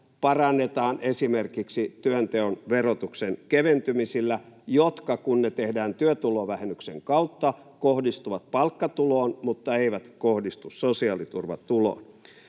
parannetaan esimerkiksi työnteon verotuksen keventymisillä, jotka, kun ne tehdään työtulovähennyksen kautta, kohdistuvat palkkatuloon mutta eivät kohdistu sosiaaliturvatuloon.